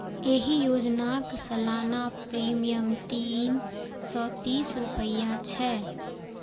एहि योजनाक सालाना प्रीमियम तीन सय तीस रुपैया छै